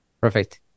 Perfect